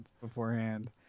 beforehand